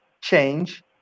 change